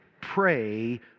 pray